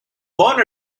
born